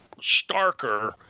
starker